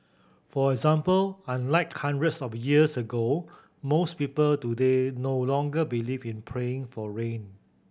for example unlike hundreds of years ago most people today no longer believe in praying for rain